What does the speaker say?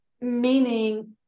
Meaning